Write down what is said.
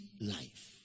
life